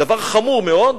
דבר חמור מאוד.